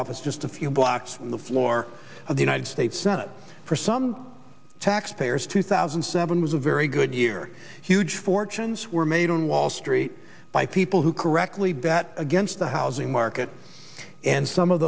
office just a few blocks from the floor of the united states senate for some taxpayers two thousand and seven was a very good year huge fortunes were made on wall street by people who correctly bet against the housing market and some of